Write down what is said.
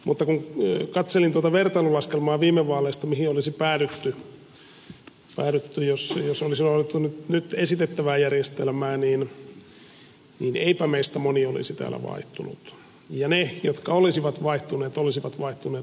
mutta kun katselin tuota vertailulaskelmaa viime vaaleista mihin olisi päädytty jos olisi noudatettu nyt esitettävää järjestelmää niin eipä meistä moni olisi täällä vaihtunut ja ne jotka olisivat vaihtuneet olisivat vaihtuneet aivan oikeudenmukaisesti